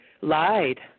lied